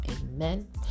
amen